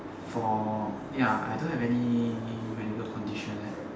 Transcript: for ya I don't have any medical condition